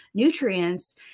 nutrients